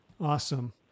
Awesome